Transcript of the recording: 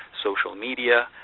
social media,